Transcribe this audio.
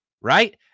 right